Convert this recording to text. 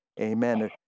amen